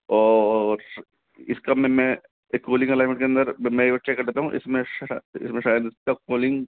और इसका मैं के अंदर मैं एक बार चेक कर देता हूँ इसमें श शायद